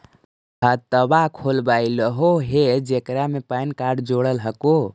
खातवा खोलवैलहो हे जेकरा मे पैन कार्ड जोड़ल हको?